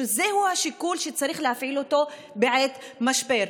שזה השיקול שצריך להפעיל אותו בעת משבר.